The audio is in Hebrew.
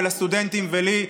לסטודנטים ולי,